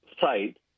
site